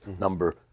number